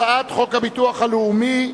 הצעת חוק הביטוח הלאומי,